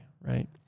right